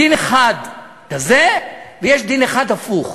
דין אחד כזה, ויש דין אחד הפוך,